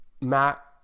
Matt